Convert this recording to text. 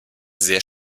sehr